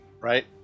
right